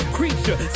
creature